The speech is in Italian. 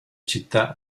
città